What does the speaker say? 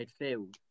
midfield